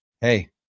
Hey